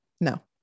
No